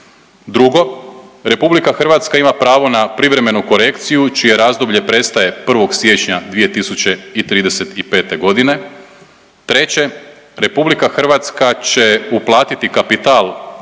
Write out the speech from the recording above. Drugo, RH ima pravo na privremenu korekciju čije razdoblje prestaje 1. siječnja 2035. g., treće RH će uplatiti kapital